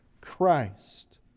Christ